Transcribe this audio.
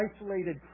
isolated